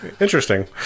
interesting